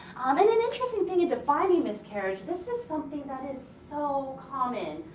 and an interesting thing in defining miscarriage, this is something that is so common.